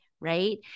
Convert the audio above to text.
right